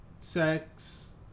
sex